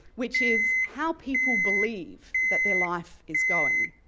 which is how people believe that their life is going,